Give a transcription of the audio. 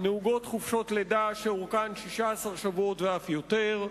נהוגות חופשות לידה שאורכן 16 שבועות ואף יותר.